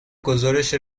گزارش